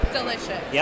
Delicious